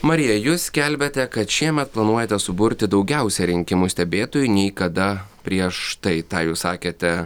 marija jūs skelbiate kad šiemet planuojate suburti daugiausia rinkimų stebėtojų nei kada prieš tai tą jūs sakėte